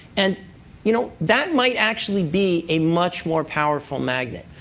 and you know that might actually be a much more powerful magnet.